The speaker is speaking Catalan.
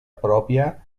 pròpia